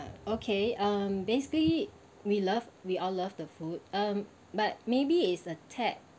okay um basically we love we all love the food um but maybe is a taste